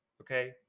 Okay